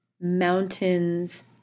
mountains